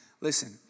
Listen